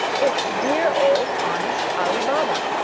it's dear old honest ali baba!